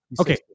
Okay